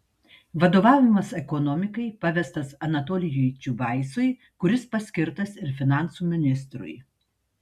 vadovavimas ekonomikai pavestas anatolijui čiubaisui kuris paskirtas ir finansų ministrui